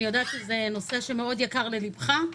אני יודעת שזה נושא שיקר מאוד ללבך.